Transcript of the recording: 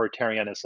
authoritarianism